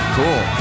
cool